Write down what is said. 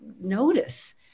notice